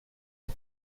are